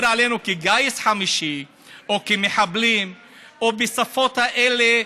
עלינו כגיס חמישי או כמחבלים או בשפות האלה,